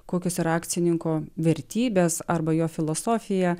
kokios yra akcininko vertybes arba jo filosofiją